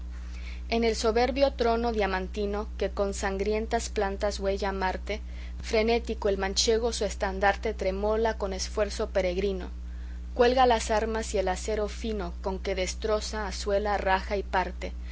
en el soberbio trono diamantino que con sangrientas plantas huella marte frenético el manchego su estandarte tremola con esfuerzo peregrino cuelga las armas y el acero fino con que destroza asuela raja y parte